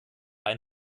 ein